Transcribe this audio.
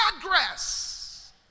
progress